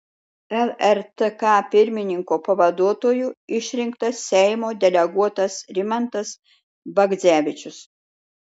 lrtk pirmininko pavaduotoju išrinktas seimo deleguotas rimantas bagdzevičius